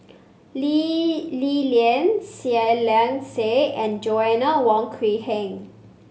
Lee Li Lian Saiedah Said and Joanna Wong Quee Heng